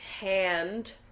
hand